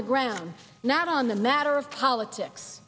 the ground not on the matter of politics